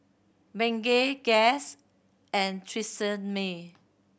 Bengay Guess and Tresemme